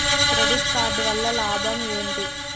Credit card వల్ల లాభం ఏంటి?